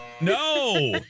No